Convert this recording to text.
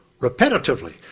repetitively